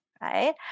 right